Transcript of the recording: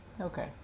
Okay